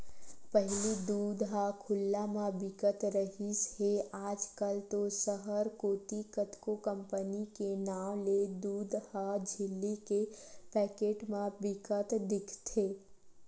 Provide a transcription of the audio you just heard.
पहिली दूद ह खुल्ला म बिकत रिहिस हे आज कल तो सहर कोती कतको कंपनी के नांव लेके दूद ह झिल्ली के पैकेट म बिकत दिखथे